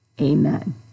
Amen